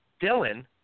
Dylan